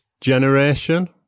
generation